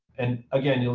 and again, you know